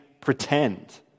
pretend